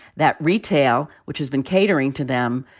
that retail, which has been catering to them,